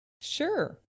Sure